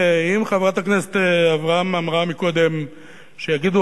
אם חברת הכנסת אברהם אמרה קודם שיגידו,